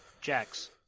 Jax